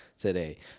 today